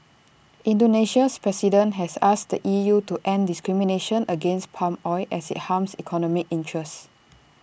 Indonesia's president has asked the E U to end discrimination against palm oil as IT harms economic interests